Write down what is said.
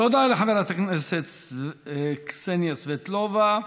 תודה לחברת הכנסת קסניה סבטלובה.